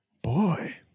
Boy